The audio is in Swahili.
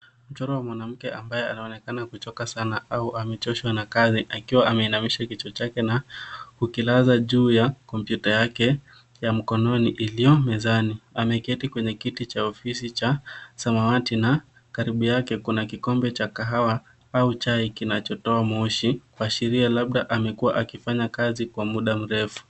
Mchoro wa mwanamke ambaye anaonekana kuchoka sana au amechoshwa na kazi, awika ameinamisha kichwa chake na kukilaza juu ya kompyuta yake ya mkononi iliyo mezani. Ameketi kwenye kiti cha ofisi cha samawati na karibu yake kuna kikombe cha kahawa au chai kinachotoa moshi, kuashiria labda amekuwa akifanya kazi kwa muda mrefu.